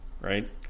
right